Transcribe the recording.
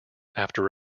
after